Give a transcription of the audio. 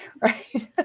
right